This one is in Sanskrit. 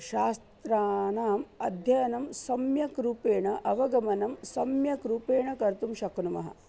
शास्त्राणाम् अध्ययनं सम्यक् रूपेण अवगमनं सम्यक् रूपेण कर्तुं शक्नुमः